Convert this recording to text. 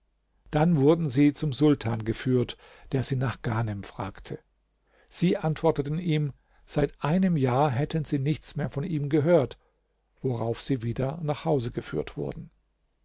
dann wurden sie zum sultan geführt der sie nach ghanem fragte sie antworteten ihm seit einem jahr hätten sie nichts mehr von ihm gehört worauf sie wieder nach hause geführt wurden